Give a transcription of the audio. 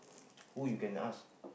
who you can ask